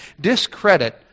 discredit